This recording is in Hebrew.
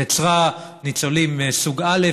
היא יצרה ניצולים סוג א',